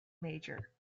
major